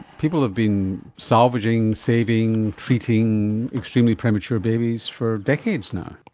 people have been salvaging, saving, treating extremely premature babies for decades now.